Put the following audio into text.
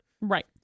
Right